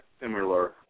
similar